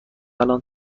الان